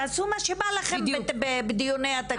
תעשו מה שבא לכם בדיוני התקציב.